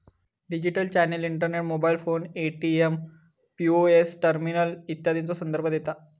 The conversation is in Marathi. digital channel internet, mobile phone, ATM, POS terminal इत्यादीचो संदर्भ देता